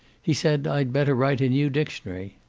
he said i'd better write a new dictionary.